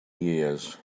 years